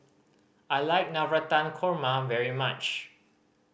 I like Navratan Korma very much